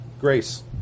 Grace